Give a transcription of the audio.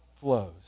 flows